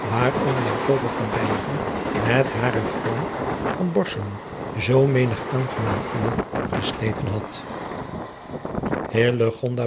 waaronder met haren zoo menig aangenaam nur gesleten had